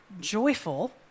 joyful